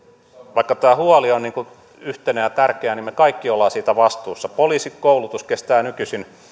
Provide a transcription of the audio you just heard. vaikka tämä huoli on yhteinen ja tärkeä niin me kaikki olemme siitä vastuussa poliisikoulutus kestää nykyisin